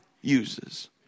uses